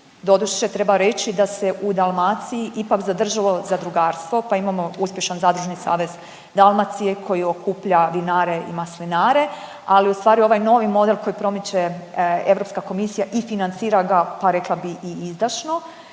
doduše treba reći da se u Dalmaciji ipak zadržalo zadrugarstvo, pa imamo uspješan Zadružni savez Dalmacije koji okuplja vinare i maslinare, ali ustvari ovaj novi model koji promiče Europska komisija i financira ga, pa rekla bi i izdašno,